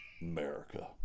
America